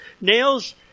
nails